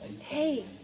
Hey